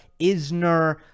Isner